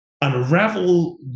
unravel